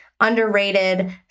underrated